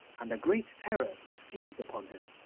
and a great terror seized upon him,